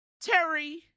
Terry